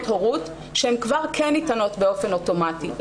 הורות שהם כבר כן ניתנות באופן אוטומטי.